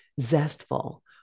zestful